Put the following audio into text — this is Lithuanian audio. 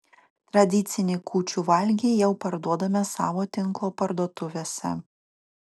tradicinį kūčių valgį jau parduodame savo tinklo parduotuvėse